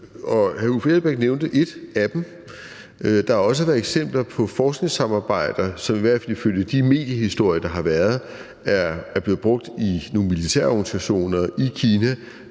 hr. Uffe Elbæk nævnte et af dem. Der har også været eksempler på forskningssamarbejder, som i hvert fald ifølge de mediehistorier, der har været, er blevet brugt i nogle militære organisationer i Kina.